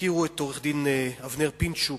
הזכירו את עורך-הדין אבנר פינצ'וק,